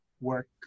work